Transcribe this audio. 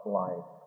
life